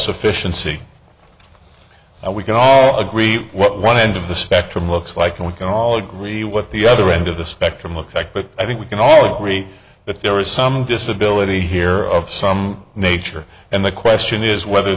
sufficiency and we can all agree what one end of the spectrum looks like and we can all agree what the other end of the spectrum looks like but i think we can all agree that there is some disability here of some nature and the question is whether